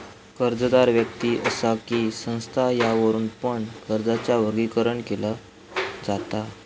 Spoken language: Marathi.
कर्जदार व्यक्ति असा कि संस्था यावरुन पण कर्जाचा वर्गीकरण केला जाता